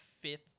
fifth